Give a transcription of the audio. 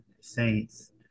Saints